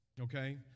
okay